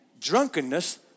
drunkenness